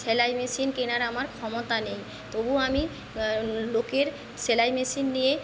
সেলাই মেশিন কেনার আমার ক্ষমতা নেই তবু আমি লোকের সেলাই মেশিন নিয়ে